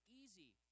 easy